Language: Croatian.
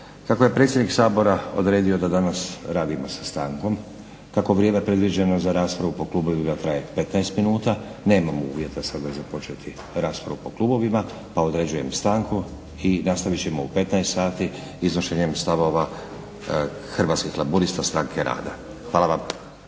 Kako je predsjednik Sabora odredio da danas radimo sa stankom, kako vrijeme predviđeno za raspravu po klubovima traje 15 minuta nemamo uvjeta sada započeti raspravu po klubovima, pa određujem stanku i nastavit ćemo u 15,00 sati iznošenjem stavova Hrvatskih laburista – stranke rada. Hvala vam.